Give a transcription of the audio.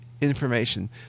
Information